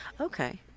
Okay